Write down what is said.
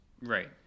Right